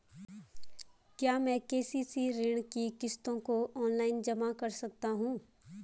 क्या मैं के.सी.सी ऋण की किश्तों को ऑनलाइन जमा कर सकता हूँ?